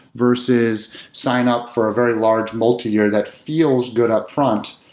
versus sign up for a very large multiyear that feels good upfront,